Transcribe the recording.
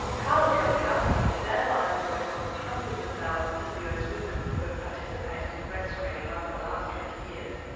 karla kerlikowske has analysed and like the records of hundreds of thousands of us women who have participated in breast screening over the last twenty years,